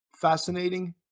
fascinating